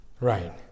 Right